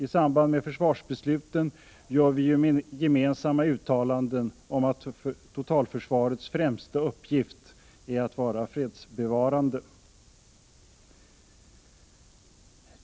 I samband med försvarsbesluten gör vi ju gemensamma uttalanden om att totalförsvarets främsta uppgift är att vara fredsbevarande.